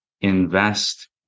invest